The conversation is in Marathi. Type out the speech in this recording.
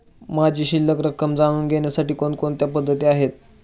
माझी शिल्लक रक्कम जाणून घेण्यासाठी कोणकोणत्या पद्धती आहेत?